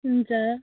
हुन्छ